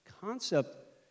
concept